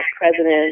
president